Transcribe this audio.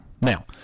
Now